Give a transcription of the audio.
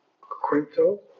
Quinto